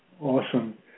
Awesome